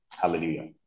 Hallelujah